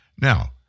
Now